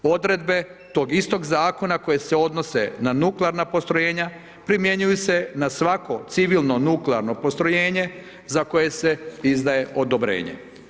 Odredbe tog istog Zakona koja se odnose na nuklearna postrojenja primjenjuju se na svako civilno nuklearno postrojenje za koje se izdaje odobrenje.